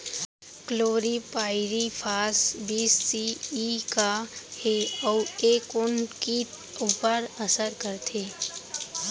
Chlorpyrifos बीस C E का हे अऊ ए कोन किट ऊपर असर करथे?